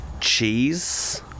cheese